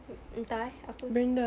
mm entah eh apa bren~